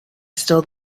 still